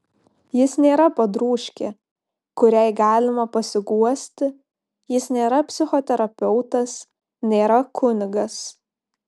jis nėra padrūžkė kuriai galima pasiguosti jis nėra psichoterapeutas nėra kunigas